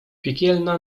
piekielna